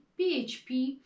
PHP